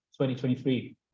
2023